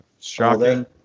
Shocking